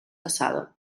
passada